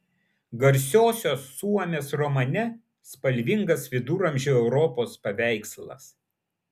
garsiosios suomės romane spalvingas viduramžių europos paveikslas